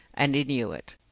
and he knew it.